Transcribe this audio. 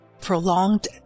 Prolonged